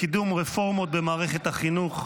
לקידום רפורמות במערכת החינוך,